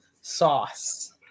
sauce